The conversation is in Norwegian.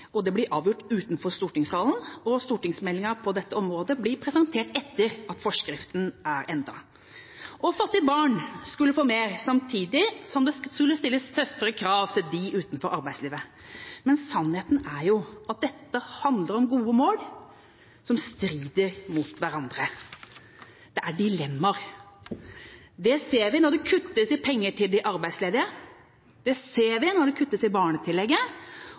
Stortinget, det blir avgjort utenfor stortingssalen, og stortingsmeldinga på dette området blir presentert etter at forskriften er endret. Fattige barn skulle få mer, samtidig som det skulle stilles tøffere krav til dem som er utenfor arbeidslivet. Sannheten er at dette handler om gode mål, som strider mot hverandre. Det er dilemmaer. Det ser vi når det kuttes i penger til de arbeidsledige, det ser vi når det kuttes i barnetillegget,